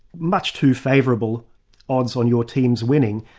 much too favourable odds on your team's winning,